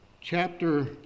chapter